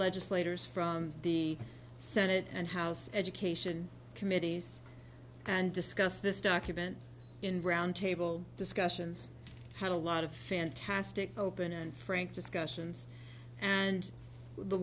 legislators from the senate and house education committee and discussed this document in roundtable discussions had a lot of fantastic open and frank discussions and the